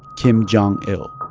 kim jong il.